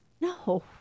No